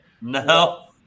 No